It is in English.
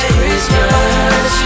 Christmas